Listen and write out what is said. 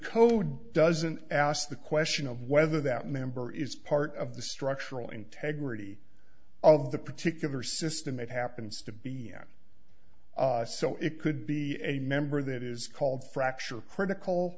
code doesn't ask the question of whether that member is part of the structural integrity of the particular system it happens to be an so it could be a member that is called fracture critical